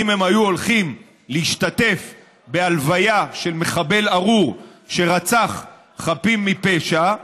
אם הם היו הולכים להשתתף בהלוויה של מחבל ארור שרצח חפים מפשע,